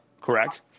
correct